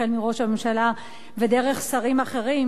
החל מראש הממשלה ודרך שרים אחרים,